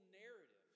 narrative